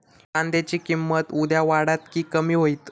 कांद्याची किंमत उद्या वाढात की कमी होईत?